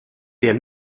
der